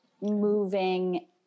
moving